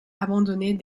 abandonnée